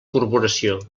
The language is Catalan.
corporació